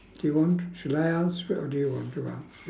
do you want should I answer it or do you want to answer it